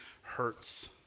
hurts